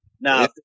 Now